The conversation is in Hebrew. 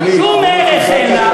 שום ערך אין לה,